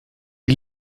die